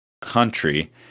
country